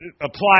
apply